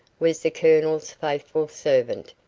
was the colonel's faithful servant,